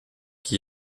qui